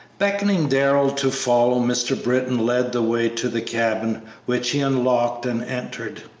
beckoning darrell to follow, mr. britton led the way to the cabin, which he unlocked and entered.